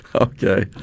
Okay